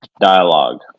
dialogue